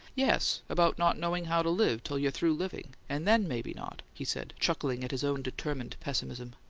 yes, about not knowing how to live till you're through living and then maybe not! he said, chuckling at his own determined pessimism.